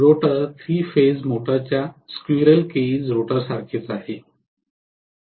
rotor 3 phase मोटरच्या squirrel cage रोटरसारखेच आहे